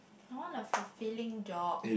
I want a fulfilling job